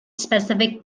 specific